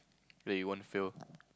that you won't fail